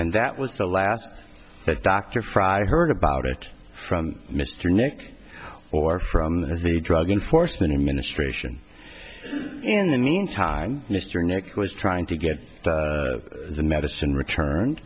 and that was the last that dr fry heard about it from mr nick or from the drug enforcement administration in the meantime mr nick was trying to get the medicine return